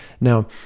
Now